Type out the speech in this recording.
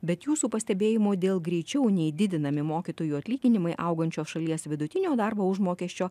bet jūsų pastebėjimų dėl greičiau nei didinami mokytojų atlyginimai augančios šalies vidutinio darbo užmokesčio